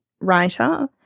writer